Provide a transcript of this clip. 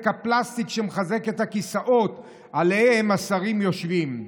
הפלסטיק שמחזק את הכיסאות שעליהם השרים יושבים.